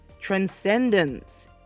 Transcendence